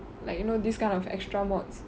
like you know this kind of extra mods